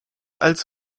als